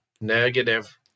Negative